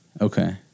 Okay